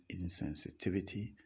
insensitivity